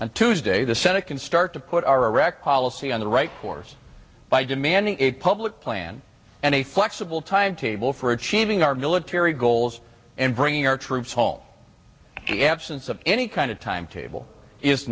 and tuesday the senate can start to put our wrecked policy on the right course by demanding a public plan and a flexible timetable for achieving our military goals and bringing our troops home the absence of any kind of timetable is